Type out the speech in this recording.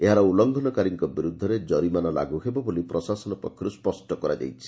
ଏହାର ଉଲ୍କୃଂଘନକାରୀଙ୍କ ବିରୁଦ୍ଧରେ ଜୋରିମାନା ଲାଗୁ ହେବ ବୋଲି ପ୍ରଶାସନ ପକ୍ଷରୁ ସ୍ୱଷ୍ କରାଯାଇଛି